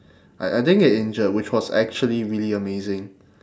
I I didn't get injured which was actually really amazing